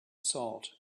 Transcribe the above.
salt